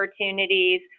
opportunities